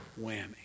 whammy